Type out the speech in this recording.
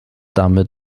damit